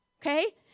okay